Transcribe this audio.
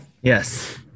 Yes